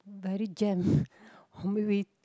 bloody jam we